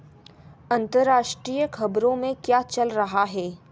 अंतर्राष्ट्रीय खबरों में क्या चल रहा है